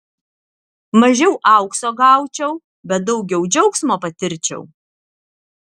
mažiau aukso gaučiau bet daugiau džiaugsmo patirčiau